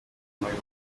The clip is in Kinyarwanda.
ibitego